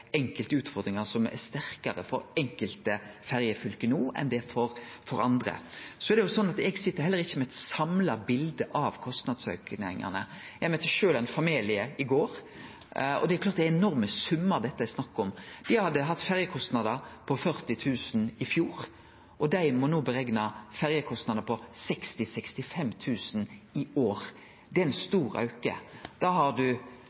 enkelte utfordringar som no er sterkare for enkelte ferjefylke enn for andre. Eg sit heller ikkje med eit samla bilde av kostnadsauken. Eg møtte sjølv ein familie i går, og det er klart at det er enorme summar dette er snakk om. Dei hadde hatt ferjekostnader på 40 000 kr i fjor, og dei må no berekne ferjekostnader på 60 000–65 000 kr i år. Det er ein